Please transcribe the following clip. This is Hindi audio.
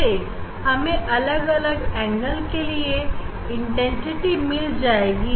इससे हमें अलग अलग एंगल के लिए इंटेंसिटी मिल जाएगी